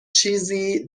چیزی